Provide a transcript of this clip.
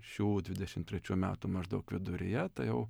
šių dvidešim trečių metų maždaug viduryje tai jau